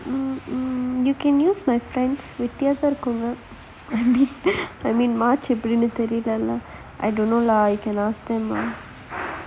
you can use my friend's வெட்டியாதான் இருக்குங்க:vettiyaathaan irukunga and if I mean எப்படின்னு தெரில:eppadinnu therila lah I don't know lah you can ask them lah